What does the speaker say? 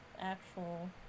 actual